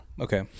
Okay